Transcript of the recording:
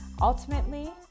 Ultimately